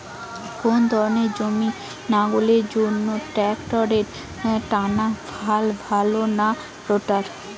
Bore ধানের জমি লাঙ্গলের জন্য ট্রাকটারের টানাফাল ভালো না রোটার?